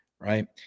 Right